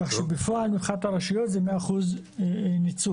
כך שבפועל, מבחינת הרשויות זה 100% ניצול,